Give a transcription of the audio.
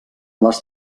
les